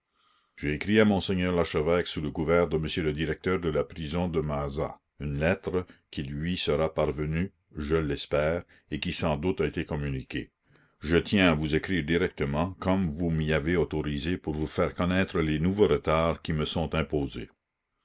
j'ai écrit à monseigneur l'archevêque sous le couvert de m le directeur de la prison de mazas une lettre qui lui sera parvenue je l'espère et qui sans doute a été communiquée je tiens à vous écrire directement comme vous m'y avez autorisé pour vous faire connaître les nouveaux retards qui me sont imposés